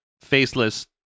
faceless